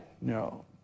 no